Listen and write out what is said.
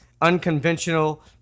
unconventional